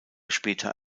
später